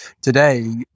today